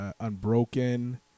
Unbroken